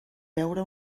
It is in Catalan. veure